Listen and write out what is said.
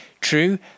True